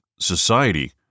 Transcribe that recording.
society